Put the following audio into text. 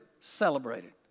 celebrated